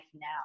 now